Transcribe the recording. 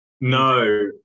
No